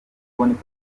kuboneka